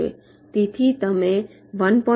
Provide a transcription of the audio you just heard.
તેથી તમે 1